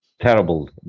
terrible